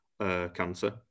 cancer